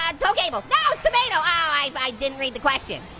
um tow cable, no it's tomato. oh i but i didn't read the question.